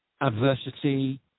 adversity